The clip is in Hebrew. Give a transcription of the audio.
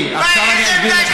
למה תתחנפו?